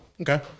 Okay